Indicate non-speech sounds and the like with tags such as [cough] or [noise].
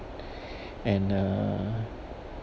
[breath] and uh